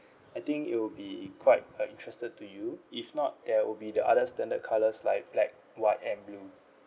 I think it will be quite uh interested to you if not there will be the others then the colours like black white and blue